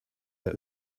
that